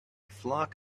flock